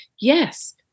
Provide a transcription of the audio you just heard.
Yes